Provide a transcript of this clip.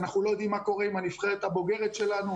אנחנו לא יודעים מה קורה עם הנבחרת הבוגרת שלנו.